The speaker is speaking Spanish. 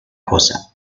cosa